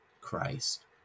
Christ